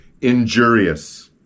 injurious